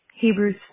Hebrews